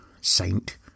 Saint